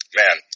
man